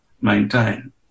maintain